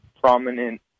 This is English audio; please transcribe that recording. Prominent